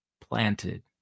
planted